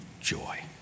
joy